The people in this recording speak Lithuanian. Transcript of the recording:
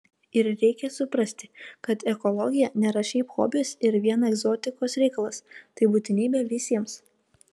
ir reikia suprasti kad ekologija nėra šiaip hobis ir vien egzotikos reikalas tai būtinybė visiems